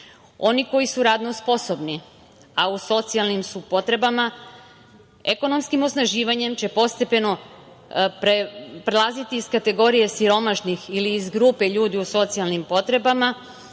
koji su radno sposobni, a u socijalnim su potrebama, ekonomskim osnaživanjem će postepeno prelaziti iz kategorije siromašnih ili iz grupe ljudi u socijalnim potrebama